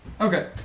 okay